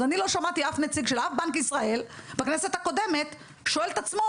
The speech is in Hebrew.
אז אני לא שמעתי אף נציג של אף בנק ישראל בכנסת הקודמת שואל את עצמו,